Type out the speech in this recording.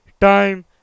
time